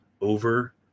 over